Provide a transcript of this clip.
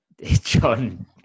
John